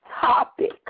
topic